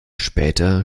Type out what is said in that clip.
später